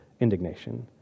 indignation